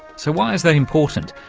so why is that important?